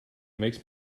makes